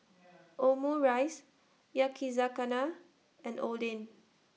Omurice Yakizakana and Oden